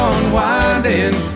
Unwinding